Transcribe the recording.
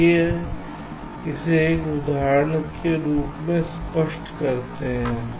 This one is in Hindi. आइए इसे एक उदाहरण से स्पष्ट करते हैं